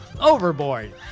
overboard